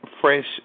fresh